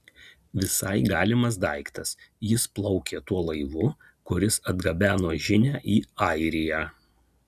visai galimas daiktas jis plaukė tuo laivu kuris atgabeno žinią į airiją